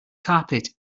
carpet